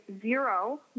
zero